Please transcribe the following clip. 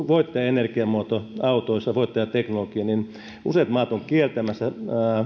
voittajaenergiamuoto autoissa voittajateknologia niin useat maat ovat kieltämässä